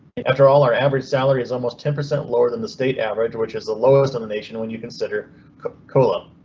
and after all, our average salary is almost ten percent lower than the state average, which is the lowest in the nation when you consider cola?